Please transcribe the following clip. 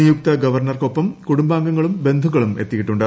നിയുക്ത ഗവർണർക്കൊപ്പം കൂടുംബാംഗങ്ങളും ബന്ധുക്കളും എത്തിയിട്ടുണ്ട്